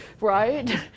right